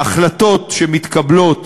ההחלטות שמתקבלות,